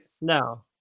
No